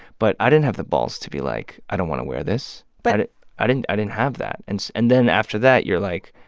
but i didn't have the balls to be like, i don't want to wear this but. i didn't i didn't have that. and and then after that, you're like,